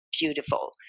beautiful